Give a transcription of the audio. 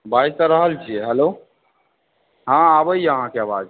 बाजि तऽ रहल छी हेलो हँ आबैया अहाँकेँ आवाज